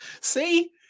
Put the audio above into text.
See